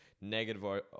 negative